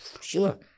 sure